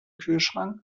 kühlschrank